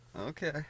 Okay